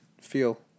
feel